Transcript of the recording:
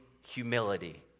humility